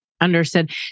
Understood